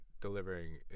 delivering